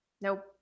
nope